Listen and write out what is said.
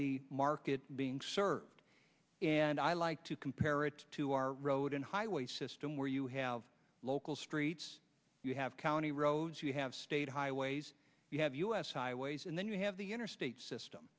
the market being served and i like to compare it to our road and highway system where you have local streets you have county roads you have state highways you have u s highways and then you have the interstate system